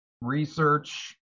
research